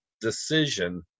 decision